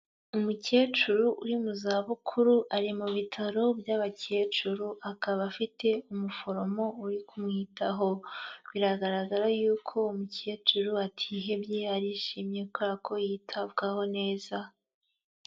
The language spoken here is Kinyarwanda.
Umukecuru uri mu za bukuru ari mu bitaro by'abakecuru, akaba afite umuforomo uri kumwitaho, biragaragara y'uko umukecuru atihebye, arishimye kubera ko yitabwaho neza.